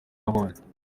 babonye